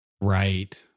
Right